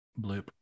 bloop